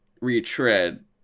retread